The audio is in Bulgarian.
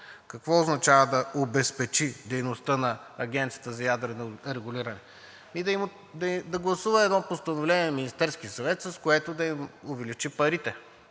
Какво означава да обезпечи дейността на Агенцията за ядрено регулиране? Да гласува едно постановление на Министерския съвет, с което да им увеличи парите.